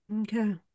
Okay